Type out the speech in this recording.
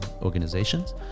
organizations